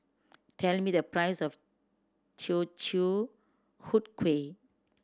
tell me the price of Teochew Huat Kuih